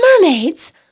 Mermaids